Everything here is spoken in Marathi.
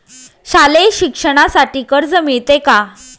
शालेय शिक्षणासाठी कर्ज मिळते का?